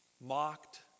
mocked